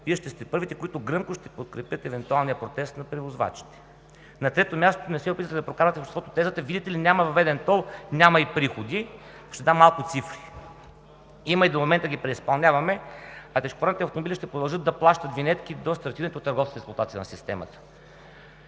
Вие ще сте първите, които гръмко ще подкрепят евентуалния протест на превозвачите. На трето място, не се опитвайте да прокарате в обществото тезата: видите ли, няма въведен тол, няма и приходи. Ще дам малко цифри. Има, и до момента ги преизпълняваме, а тежкотоварните автомобили ще продължат да плащат винетки до стартирането на търговската експлоатация на системата.